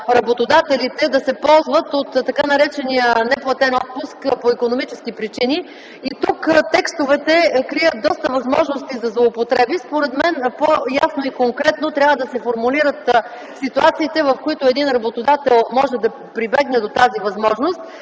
работодателите да се ползват от така наречения неплатен отпуск по икономически причини, тук текстовете крият според мен доста възможности за злоупотреби. Според мен по-ясно и конкретно трябва да се формулират ситуациите, в които един работодател може да прибегне до тази възможност